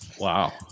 Wow